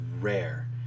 rare